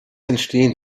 entstehen